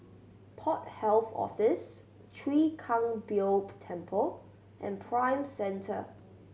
Port Health Office Chwee Kang Beo Temple and Prime Centre